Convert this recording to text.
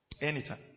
Anytime